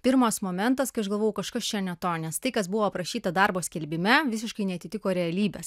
pirmas momentas kai aš gavojau kažkas čia ne to nes tai kas buvo aprašyta darbo skelbime visiškai neatitiko realybės